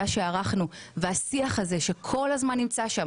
שערכנו והשיח הזה שכל הזמן נמצא שם